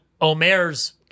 Omer's